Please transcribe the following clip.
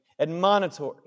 Admonitory